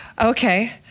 Okay